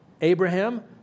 Abraham